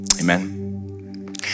Amen